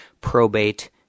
probate